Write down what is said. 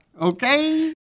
Okay